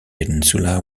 peninsula